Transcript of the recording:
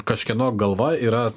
kažkieno galva yra